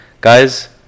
Guys